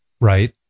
right